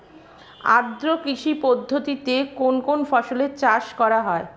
আদ্র কৃষি পদ্ধতিতে কোন কোন ফসলের চাষ করা হয়?